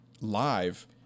live